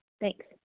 Thanks